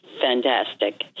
fantastic